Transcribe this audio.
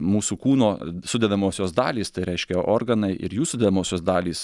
mūsų kūno sudedamosios dalys tai reiškia organai ir jų sudedamosios dalys